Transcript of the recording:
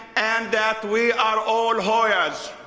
and that we are all hoyas.